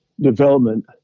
development